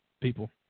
people